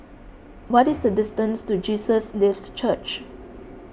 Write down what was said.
what is the distance to Jesus Lives Church